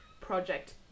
project